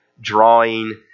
drawing